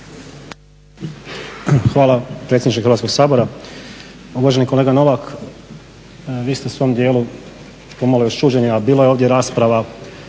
lijepo predsjedniče Hrvatskog sabora. Uvaženi kolega Novak, vi ste u svom dijelu pomalo iz čuđenja, a bila je ovdje rasprava